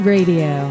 Radio